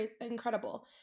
incredible